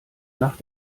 nach